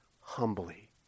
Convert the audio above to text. humbly